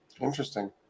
interesting